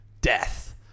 death